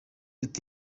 ati